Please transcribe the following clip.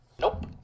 Nope